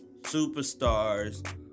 superstars